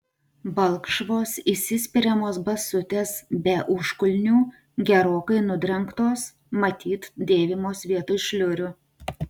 balkšvos įsispiriamos basutės be užkulnių gerokai nudrengtos matyt dėvimos vietoj šliurių